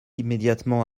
immédiatement